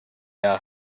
out